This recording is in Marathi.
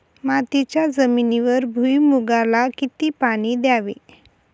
मातीच्या जमिनीवर भुईमूगाला किती पाणी द्यावे?